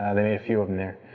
ah they made a few of them there.